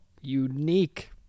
unique